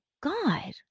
god